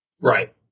Right